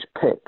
pick